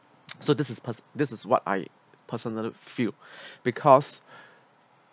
so this is per~ this is what I personal feel because